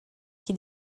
qui